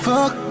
Fuck